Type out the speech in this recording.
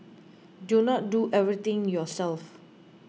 do not do everything yourself